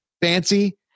Fancy